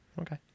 Okay